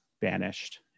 banished